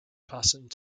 fastened